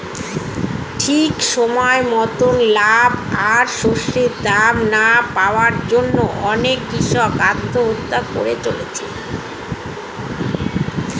ঠিক সময় মতন লাভ আর শস্যের দাম না পাওয়ার জন্যে অনেক কূষক আত্মহত্যা করে চলেছে